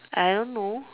I don't know